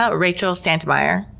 ah rachel santymire.